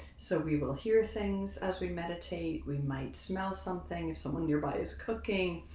so we will hear things as we meditate. we might smell something if someone nearby is cooking.